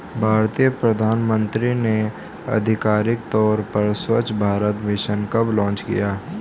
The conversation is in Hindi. भारतीय प्रधानमंत्री ने आधिकारिक तौर पर स्वच्छ भारत मिशन कब लॉन्च किया?